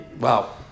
Wow